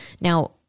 Now